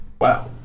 wow